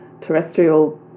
terrestrial